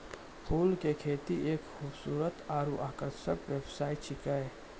फूल के खेती एक खूबसूरत आरु आकर्षक व्यवसाय छिकै